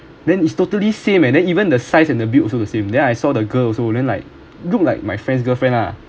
then it's totally same eh and then even the size and the build also the same then I saw the girl also then like look like my friend's girlfriend lah